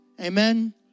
Amen